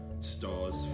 Star's